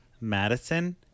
Madison